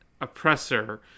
Oppressor